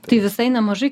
tai visai nemažai